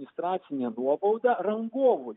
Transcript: administracinė nuobauda rangovui